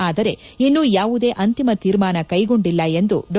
ಆದರೆ ಇನ್ನೂ ಯಾವುದೇ ಅಂತಿಮ ತೀರ್ಮಾನ ಕೈಗೊಂಡಿಲ್ಲ ಎಂದು ಡಾ